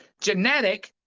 genetic